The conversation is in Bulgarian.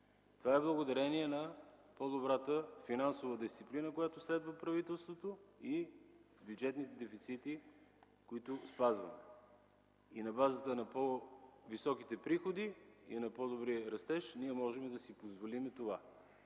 Това е благодарение на по-добрата финансова дисциплина, която правителството следва и бюджетните дефицити, които спазваме. На базата на по-високите приходи и на по-добрия растеж ние можем да си позволим това.